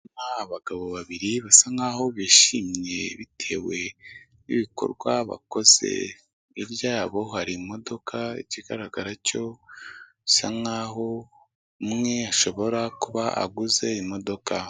Abagabo babiri basa nk'aho bishimye bitewe n'ibikorwa bakoze byabo hari imodoka ikigaragara bisa nk'aho umwe ashobora kuba aguze imodoka.